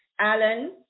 Alan